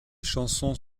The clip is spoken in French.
chansons